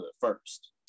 first